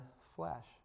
flesh